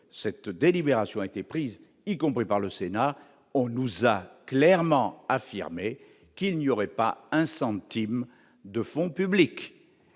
cette délibération a été prise, y compris par le Sénat, on nous a clairement affirmé qu'il n'y aurait pas un centime de fonds publics